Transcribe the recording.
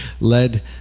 led